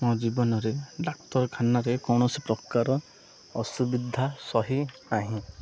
ମୋ ଜୀବନରେ ଡାକ୍ତରଖାନାରେ କୌଣସି ପ୍ରକାର ଅସୁବିଧା ସହି ନାହିଁ